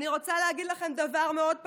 אני רוצה להגיד לכם דבר מאוד פשוט,